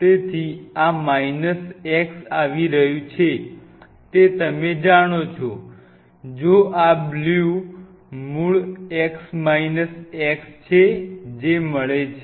તેથી આ minus x આવી રહ્યુ છે તે તમે જાણો છો જો આ બ્લુ મૂળ x માઇનસ x છે જે મળે છે